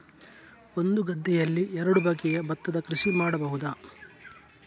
ಒಂದು ಗದ್ದೆಯಲ್ಲಿ ಎರಡು ಬಗೆಯ ಭತ್ತದ ಕೃಷಿ ಮಾಡಬಹುದಾ?